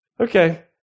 Okay